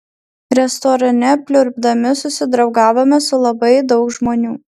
restorane pliurpdami susidraugavome su labai daug žmonių